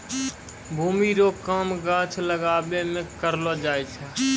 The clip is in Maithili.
भूमि रो काम गाछ लागाबै मे करलो जाय छै